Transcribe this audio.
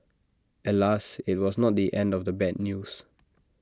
alas IT was not the end of the bad news